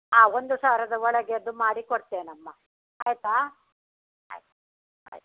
ಆಂ ಒಂದು ಸಾವಿರದ ಒಳಗೆ ಅದು ಮಾಡಿ ಕೊಡ್ತೇನೆ ಅಮ್ಮ ಆಯಿತಾ ಆಯ್ತು ಆಯ್ತು